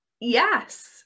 Yes